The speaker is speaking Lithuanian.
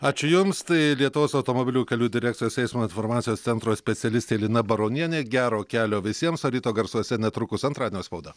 ačiū jums tai lietuvos automobilių kelių direkcijos eismo informacijos centro specialistė lina baronienė gero kelio visiems o ryto garsuose netrukus antradienio spauda